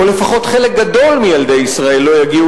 או לפחות חלק גדול מילדי ישראל לא יגיעו